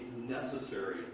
necessary